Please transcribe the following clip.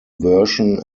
version